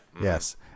Yes